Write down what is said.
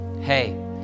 Hey